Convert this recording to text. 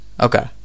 Okay